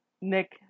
Nick